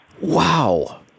Wow